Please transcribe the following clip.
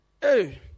Hey